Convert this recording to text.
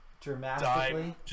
Dramatically